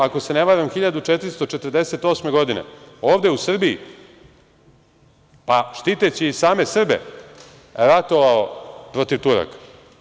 Ako se ne varam 1448. godine, ovde u Srbiji, pa štiteći i same Srbe ratovao protiv Turaka.